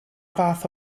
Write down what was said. fath